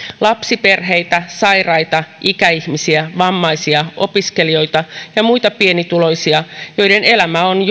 lapsiperheitä sairaita ikäihmisiä vammaisia opiskelijoita ja muita pienituloisia joiden elämä on